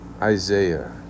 Isaiah